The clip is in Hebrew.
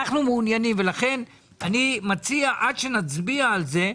לכן אני מציע שעד שנצביע על זה,